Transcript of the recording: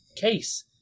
Case